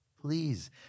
Please